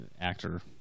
actor